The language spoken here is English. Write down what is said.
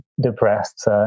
depressed